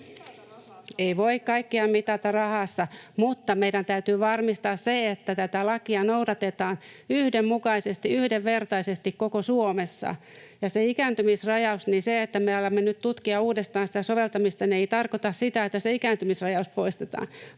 Ei voi kaikkea mitata rahassa, mutta meidän täytyy varmistaa se, että tätä lakia noudatetaan yhdenmukaisesti, yhdenvertaisesti koko Suomessa. Ja se ikääntymisrajaus oli se, että me alamme nyt tutkia uudestaan sitä soveltamista. Tämä ei tarkoita sitä, että se ikääntymisrajaus poistetaan,